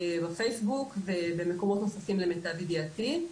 בפייסבוק ובמקומות נוספים למיטב ידיעתי.